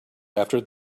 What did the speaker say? after